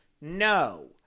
No